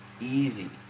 Easy